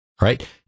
right